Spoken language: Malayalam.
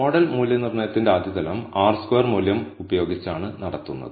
മോഡൽ മൂല്യനിർണ്ണയത്തിന്റെ ആദ്യ തലം R സ്ക്വയർ മൂല്യം ഉപയോഗിച്ചാണ് നടത്തുന്നത്